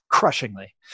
crushingly